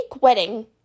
wedding